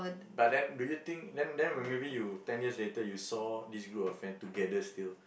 but then do you think then then when maybe you ten years later you saw this group of friends together still